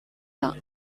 the